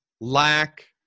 lack